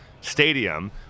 stadium